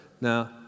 Now